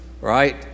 Right